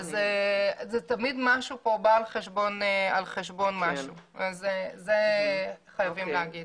תמיד משהו בא על חשבון משהו, את זה חייבים להגיד.